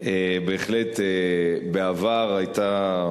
בהחלט בעבר היתה,